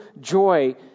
joy